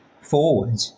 forward